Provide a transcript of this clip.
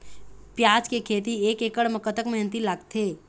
प्याज के खेती एक एकड़ म कतक मेहनती लागथे?